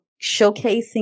showcasing